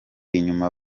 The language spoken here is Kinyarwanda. inyuma